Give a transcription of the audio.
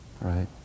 right